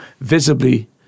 visibly